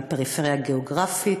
מהפריפריה הגיאוגרפית,